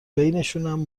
بینشونم